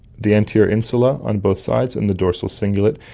the anterior insula on both sides, and the dorsal cingulate,